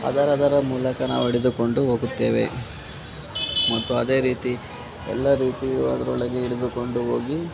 ಅದರದರ ಮೂಲಕ ನಾವು ಹಿಡಿದುಕೊಂಡು ಹೋಗುತ್ತೇವೆ ಮತ್ತು ಅದೇ ರೀತಿ ಎಲ್ಲ ರೀತಿ ಅದರೊಳಗೆ ಹಿಡಿದುಕೊಂಡು ಹೋಗಿ